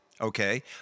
okay